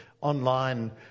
online